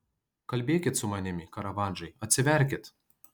kalbėkit su manimi karavadžai atsiverkit